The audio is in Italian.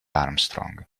armstrong